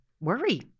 worry